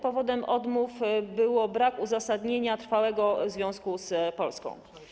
Powodem odmów był brak uzasadnienia trwałego związku z Polską.